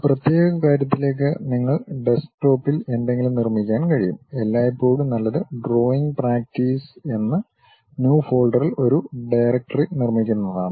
ഒരു പ്രത്യേക കാര്യത്തിലേക്ക് നിങ്ങൾക്ക് ഡെസ്ക്ടോപ്പിൽ എന്തെങ്കിലും നിർമ്മിക്കാൻ കഴിയും എല്ലായ്പ്പോഴും നല്ലത് ഡ്രോയിംഗ് പ്രാക്ടീസ് എന്ന് ന്യു ഫോൾഡറിൽ ഒരു ഡയറക്ടറി നിർമ്മിക്കുന്നതാണ്